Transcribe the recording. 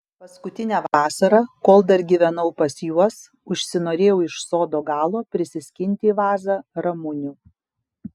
paskutinę vasarą kol dar gyvenau pas juos užsinorėjau iš sodo galo prisiskinti į vazą ramunių